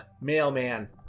Mailman